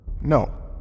No